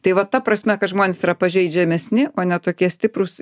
tai va ta prasme kad žmonės yra pažeidžiamesni o ne tokie stiprūs